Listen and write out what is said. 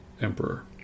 emperor